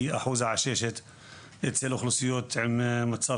כי אחוז העששת אצל אוכלוסיות עם מצב